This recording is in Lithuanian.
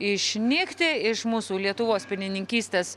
išnykti iš mūsų lietuvos pienininkystės